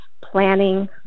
planning